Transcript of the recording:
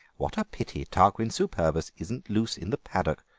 what a pity tarquin superbus isn't loose in the paddock.